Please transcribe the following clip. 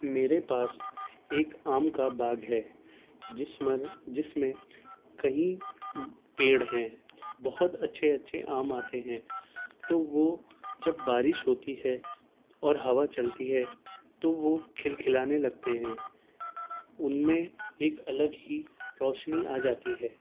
میرے پاس ایک آم کا باغ ہے جس مر جس میں کہیں پیڑ ہیں بہت اچھے اچھے آم آتے ہیں تو وہ جب بارش ہوتی ہے اور ہَوا چلتی ہے تو وہ کِھل کِھلانے لگتے ہیں اُن میں ایک الگ ہی روشنی آ جاتی ہے